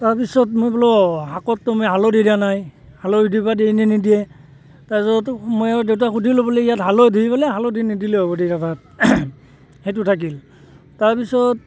তাৰপিছত মই বোলো অ' শাকততো মই হালধি দিয়া নাই হালধি দিবা দিয়ে নে নিদিয়ে তাৰপিছততো ময়ো দেউতাক সুধিলোঁ বোলো ইয়াত হালধি বোলে হালধি নিদিলেও হ'ব দি তাপা সেইটো থাকিল তাৰপিছত